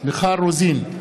מיכל רוזין,